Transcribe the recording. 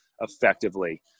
effectively